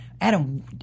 Adam